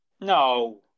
No